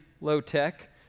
low-tech